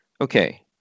Okay